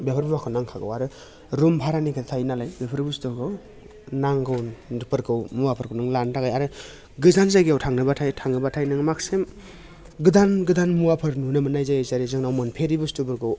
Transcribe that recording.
बेफोर मुवाखौ नांखागौ आरो रुम भारानिबो खोथा थायो नालाय बेफोर बुस्थुखौ नांगौफोरखौ मुवाफोरखौ नों लानो थाखाय आरो गोजान जायगायाव थांनोब्लाथाय थाङोब्लाथाय नों माखासे गोदान गोदान मुवाफोर नुनो मोननाय जायो जेरै जोंनाव मोनफेरि बुस्थुफोरखौ